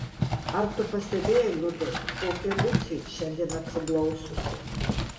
ar tu pastebėjai liudai kokia liucė šiandien apsiblaususi